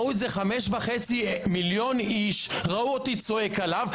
חמישה מיליון וחצי אנשים ראו אותי צועק עליו.